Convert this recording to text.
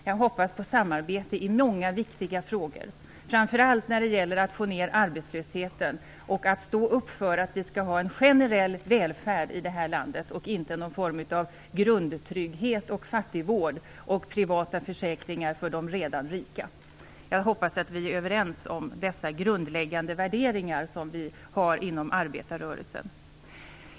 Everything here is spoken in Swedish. Jag hoppas på samarbete i många viktiga frågor, framför allt när det gäller att få ned arbetslösheten och att stå upp för att vi skall ha en generell välfärd i det här landet och inte någon form av grundtrygghet och fattigvård och privata försäkringar för de redan rika. Jag hoppas att vi är överens om dessa arbetarrörelsens grundläggande värderingar.